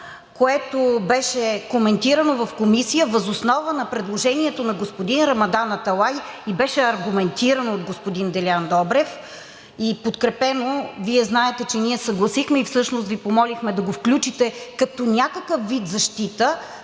което беше коментирано в Комисията, въз основа на предложението на господин Рамадан Аталай, беше аргументирано от господин Делян Добрев и подкрепено – Вие знаете, че ние се съгласихме. Всъщност Ви помолихме да го включите като някакъв вид защита